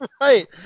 Right